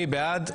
מי בעד?